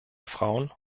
frauen